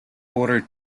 order